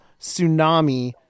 Tsunami